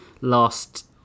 last